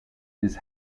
his